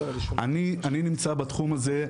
אני נמצא בתחום הזה,